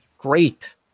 Great